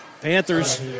Panthers